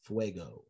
Fuego